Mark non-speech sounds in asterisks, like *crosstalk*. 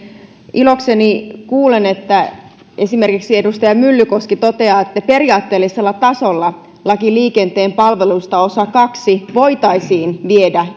ilokseni kuulen että esimerkiksi edustaja myllykoski toteaa että periaatteellisella tasolla laki liikenteen palveluista osa kahteen voitaisiin viedä *unintelligible*